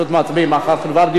כבר דיברנו.